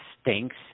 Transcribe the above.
stinks